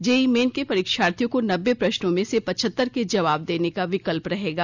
JEE Main के परीक्षार्थियों को नब्बे प्रश्नों में से पचहतर के जवाब देने का विकल्प रहेगा